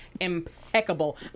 impeccable